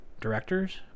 directors